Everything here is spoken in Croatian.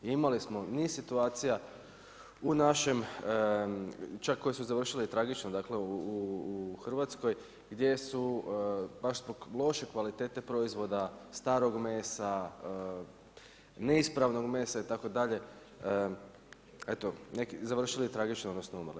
I imali smo niz situacija u našem, čak koje su završile i tragično, dakle u Hrvatskoj gdje su baš zbog loše kvalitete proizvoda, starog mesa, neispravnog mesa itd., eto neki, završili tragično, odnosno umrli.